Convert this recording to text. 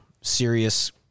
serious